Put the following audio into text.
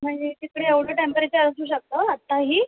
म्हणजे तिकडे एवढं टेम्प्रेचर असू शकतं आत्ताही